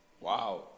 Wow